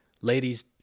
Ladies